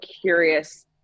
curious